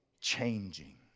changing